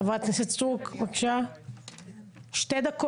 חברת הכנסת סטרוק, שתי דקות.